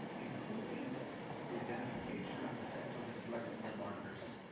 including the identification of potential dyslexia markers.